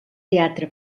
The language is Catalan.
teatre